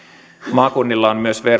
maakunnilla on myös